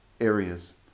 areas